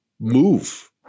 move